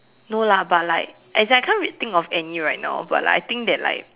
no lah but like as in I can't really think of any right now but like I think that like